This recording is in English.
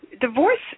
Divorce